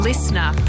Listener